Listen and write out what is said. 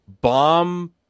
bomb